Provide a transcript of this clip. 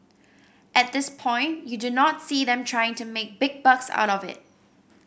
at this point you do not see them trying to make big bucks out of it